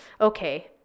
Okay